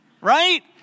Right